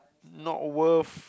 not worth